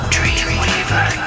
Dreamweaver